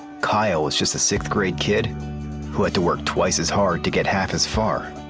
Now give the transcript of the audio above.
kyle was just a fifth grade kid who had to work twice as hard to get half as far.